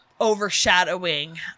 overshadowing